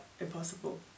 impossible